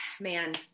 man